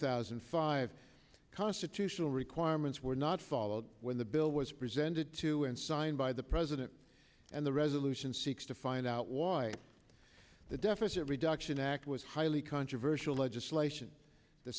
thousand and five constitutional requirements were not followed when the bill was presented to and signed by the president and the resolution seeks to find out why the deficit reduction act was highly controversial legislation the